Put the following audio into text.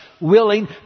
willing